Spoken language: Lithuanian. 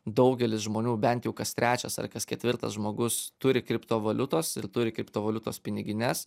daugelis žmonių bent kas trečias ar kas ketvirtas žmogus turi kriptovaliutos ir turi kriptovaliutos pinigines